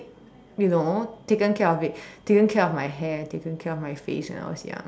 you know taken care of it taken care of my hair taken care of my face when I was young